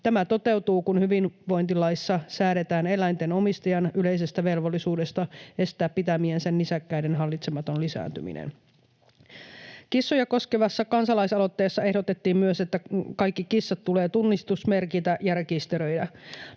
Tämä toteutuu, kun hyvinvointilaissa säädetään eläinten omistajan yleisestä velvollisuudesta estää pitämiensä nisäkkäiden hallitsematon lisääntyminen. Kissoja koskevassa kansalaisaloitteessa ehdotettiin myös, että kaikki kissat tulee tunnistusmerkitä ja rekisteröidä.